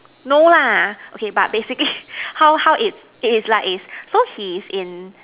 no lah okay but basically how how it it is like is so he is in